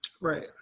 Right